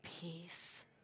peace